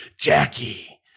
Jackie